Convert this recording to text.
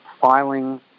filing